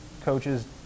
coaches